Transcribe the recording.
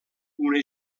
una